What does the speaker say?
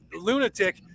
lunatic